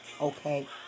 okay